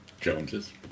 Joneses